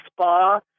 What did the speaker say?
Spa